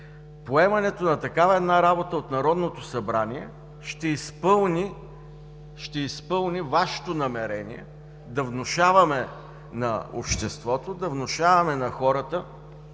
Поемането на такава работа от Народното събрание ще изпълни Вашето намерение да внушаваме на обществото, на хората,